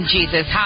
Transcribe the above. Jesus